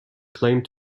claimed